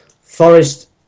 Forest